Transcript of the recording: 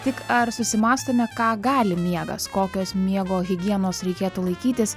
tik ar susimąstome ką gali miegas kokios miego higienos reikėtų laikytis